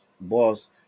boss